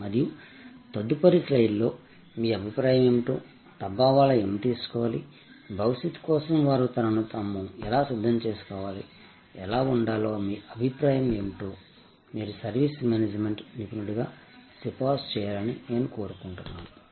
మరియు తదుపరి స్లయిడ్లో మీ అభిప్రాయం ఏమిటో డబ్బావాలా ఏమి తీసుకోవాలి భవిష్యత్తు కోసం వారు తమను తాము ఎలా సిద్ధం చేసుకోవాలి ఎలా ఉండాలో మీ అభిప్రాయం ఏమిటో మీరు సర్వీస్ మేనేజ్మెంట్ నిపుణుడిగా సిఫారసు చేయాలని నేను కోరుకుంటున్నాను